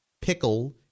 pickle